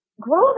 Grow